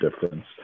difference